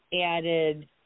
added